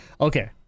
Okay